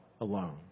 alone